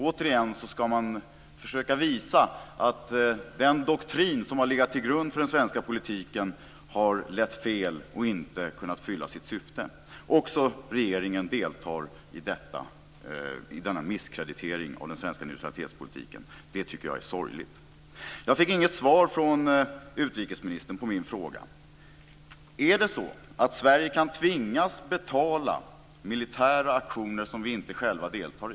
Återigen ska man försöka visa att den doktrin som har legat till grund för den svenska politiken har lett fel och inte kunnat fylla sitt syfte. Också regeringen deltar i denna misskreditering av den svenska neutralitetspolitiken. Det tycker jag är sorgligt. Jag fick inget svar från utrikesministern på min fråga. Är det så att Sverige kan tvingas betala militära aktioner som vi inte själva deltar i?